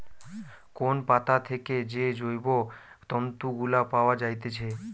কোন পাতা থেকে যে জৈব তন্তু গুলা পায়া যাইতেছে